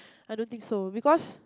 I don't think so because